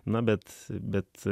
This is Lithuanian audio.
na bet bet